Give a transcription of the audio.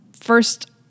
first